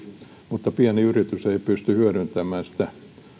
mutta pieni yritys ei pysty hyödyntämään niitä